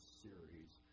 series